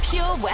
Pure